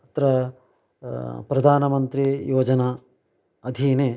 अत्र प्रधानमन्त्रीयोजना अधीने